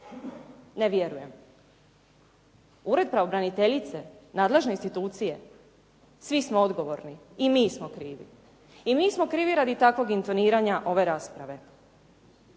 Ne vjerujem. Ured pravobraniteljice? Nadležne institucije? Svi smo odgovorni, i mi smo krivi. I mi smo krivi radi takvog intoniranja ove rasprave.